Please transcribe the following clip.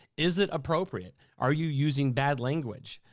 is it appropriate? are you using bad language?